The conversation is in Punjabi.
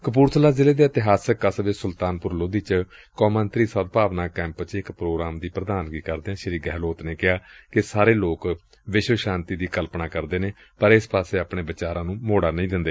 ਕਪੁਰਥਲਾ ਜ਼ਿਲੇ ਦੇ ਇਤਿਹਾਸਕ ਕਸਬੇ ਸੁਲਤਾਨਪੁਰ ਲੋਧੀ ਚ ਕੌਮਾਂਤਰੀ ਸਦਭਾਵਨਾ ਕੈਂਪ ਚ ਇਕ ਪ੍ਰੋਗਰਾਮ ਦੀ ਪ੍ਰਧਾਨਗੀ ਕਰਦਿਆਂ ਸ੍ਰੀ ਗਹਿਲੋਤ ਨੇ ਕਿਹਾ ਕਿ ਸਾਰੇ ਲੋਕ ਵਿਸ਼ਵ ਸ਼ਾਂਤੀ ਦੀ ਕਲਪਨਾ ਕਰਦੇ ਨੇ ਪਰ ਇਸ ਪਾਸੇ ਆਪਣੇ ਵਿਚਾਰਾਂ ਨੂੰ ਮੋੜਾ ਨਹੀਂ ਦਿੰਦੇ